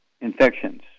infections